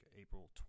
April